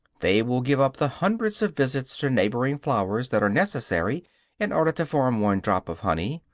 they will give up the hundreds of visits to neighboring flowers that are necessary in order to form one drop of honey,